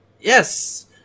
yes